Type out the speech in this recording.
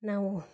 ನಾವೂ